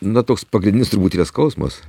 na toks pagrindinis turbūt yra skausmas